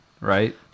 Right